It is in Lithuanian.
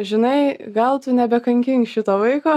žinai gal tu nebekankink šito vaiko